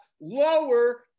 lower